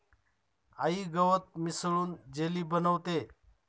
आई गवत मिसळून जेली बनवतेय